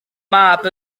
mab